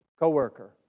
coworker